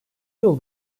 yıl